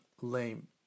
lame